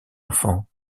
enfant